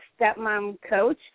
Stepmomcoach